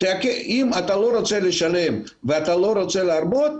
אם אתה לא רוצה לשלם ואתה לא רוצה להרבות,